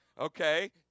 okay